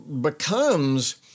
becomes